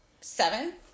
seven